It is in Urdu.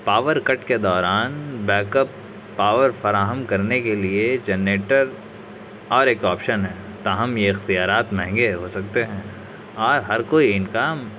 پاور کٹ کے دوران بیک اپ پاور فراہم کرنے کے لیے جنریٹر اور ایک آپشن ہے تاہم یہ اختیارات مہنگے ہو سکتے ہیں اور ہر کوئی ان کا